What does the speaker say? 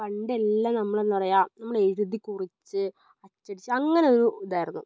പണ്ടെല്ലാം നമ്മൾ എന്താ പറയുക നമ്മൾ എഴുതിക്കുറിച്ച് അച്ചടിച്ച് അങ്ങനൊരു ഇതായിരുന്നു